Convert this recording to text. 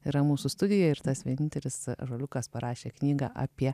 yra mūsų studijoj ir tas vienintelis ąžuoliukas parašė knygą apie